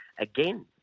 Again